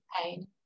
pain